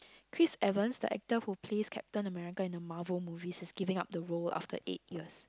Chris-Evans the actor who plays Captain America in the Marvel movie is giving up the role after eight years